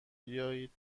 بیایید